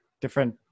different